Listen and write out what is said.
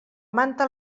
manta